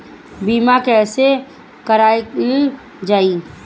बीमा कैसे कराएल जाइ?